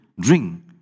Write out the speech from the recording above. Drink